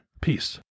Peace